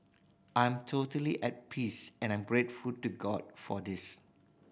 I am totally at peace and I'm grateful to God for this